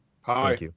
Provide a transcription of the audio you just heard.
Hi